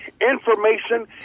information